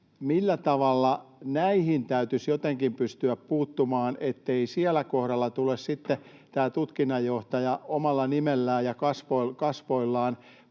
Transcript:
Näihin täytyisi jotenkin pystyä puuttumaan, ettei siellä kohdalla tule sitten tämä tutkinnanjohtaja omalla nimellään ja kasvoillaan